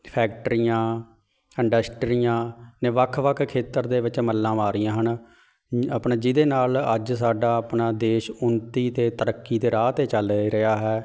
ਫੈਕਟਰੀਆਂ ਇੰਡਸਟਰੀਆਂ ਨੇ ਵੱਖ ਵੱਖ ਖੇਤਰ ਦੇ ਵਿੱਚ ਮੱਲਾਂ ਮਾਰੀਆਂ ਹਨ ਆਪਣੇ ਜਿਹਦੇ ਨਾਲ ਅੱਜ ਸਾਡਾ ਆਪਣਾ ਦੇਸ਼ ਉੱਨਤੀ ਅਤੇ ਤਰੱਕੀ ਦੇ ਰਾਹ ਤੇ ਚੱਲ ਰਿਹਾ ਹੈ